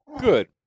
Good